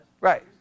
right